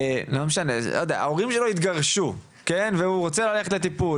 לדוגמא ההורים שלו התגרשו והוא רוצה ללכת לטיפול.